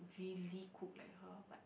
really cook like her but